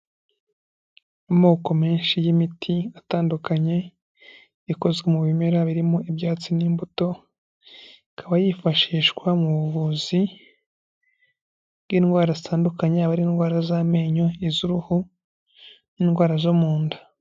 Amoko menshi y'imiti atandukanye, ikozwe mu bimera birimo ibyatsi n'imbuto, ikaba yifashishwa mu buvuzi bw'indwara zitandukanye, yaba ari indwara z'amenyo, iz'uruhu n'indwara zo mu nda.